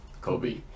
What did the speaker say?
Kobe